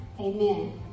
Amen